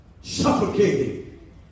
Suffocating